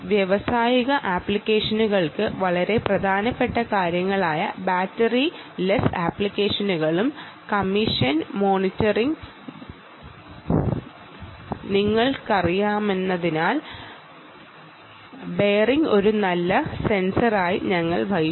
വ്യാവസായിക ആപ്ലിക്കേഷനുകൾക്ക് വളരെ പ്രധാനപ്പെട്ട കാര്യങ്ങളായ ബാറ്ററി ലെസ് ആപ്ലിക്കേഷനുകളും കണ്ടീഷൻ മോണിറ്ററിംഗും നിങ്ങൾക്കറിയാമെന്നതിനാൽ ബെയറിംഗ് ഒരു നല്ല സെൻസറായി ഞങ്ങൾ കാണുന്നു